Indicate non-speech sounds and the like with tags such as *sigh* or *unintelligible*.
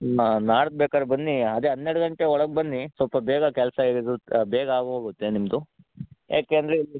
ನಾ ನಾಡ್ದು ಬೇಕಾದ್ರ್ ಬನ್ನಿ ಅದೆ ಹನ್ನೆರಡು ಗಂಟೆ ಒಳಗೆ ಬನ್ನಿ ಸ್ವಲ್ಪ ಬೇಗ ಕೆಲಸ *unintelligible* ಬೇಗ ಆಗಿ ಹೋಗುತ್ತೆ ನಿಮ್ಮದು ಯಾಕಂದ್ರೆ ಇಲ್ಲಿ